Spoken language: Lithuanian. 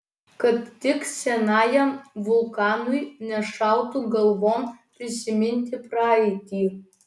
kad tik senajam vulkanui nešautų galvon prisiminti praeitį